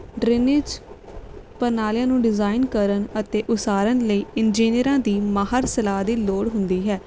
drainage ਪਰਨਾਲਿਆਂ ਨੂੰ design ਕਰਨ ਅਤੇ ਉਸਾਰਨ ਲਈ ਇੰਜੀਨੀਅਰਾਂ ਦੀ ਮਾਹਰ ਸਲਾਹ ਦੀ ਲੋੜ ਹੁੰਦੀ ਹੈ